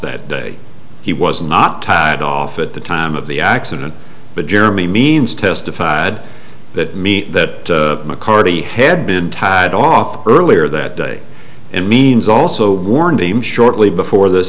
that day he was not tied off at the time of the accident but jeremy means testified that meet that mccarty had been tied off earlier that day and means also warned him shortly before this